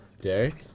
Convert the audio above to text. Derek